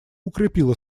укрепила